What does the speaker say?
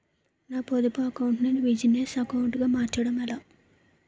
నా పొదుపు అకౌంట్ నీ బిజినెస్ అకౌంట్ గా మార్చడం ఎలా?